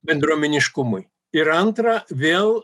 bendruomeniškumui ir antrą vėl